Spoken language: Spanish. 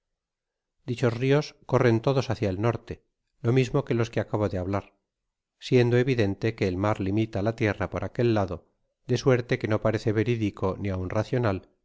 dichos rios corren todos hácia el norte lo mismo que de los que acabo de hablar siendo evidente que el mar limita la tierra por aquel lado de suerte que no parece veridico ni aun racional